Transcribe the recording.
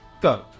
Go